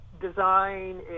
design